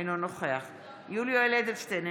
אינו נוכח יולי יואל אדלשטיין,